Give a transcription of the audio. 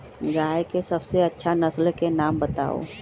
गाय के सबसे अच्छा नसल के नाम बताऊ?